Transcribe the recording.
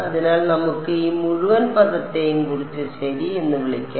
അതിനാൽ നമുക്ക് ഈ മുഴുവൻ പദത്തെയും കുറച്ച് ശരി എന്ന് വിളിക്കാം